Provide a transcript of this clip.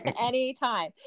anytime